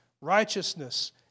righteousness